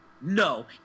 No